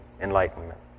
enlightenment